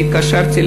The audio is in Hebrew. אני התקשרתי,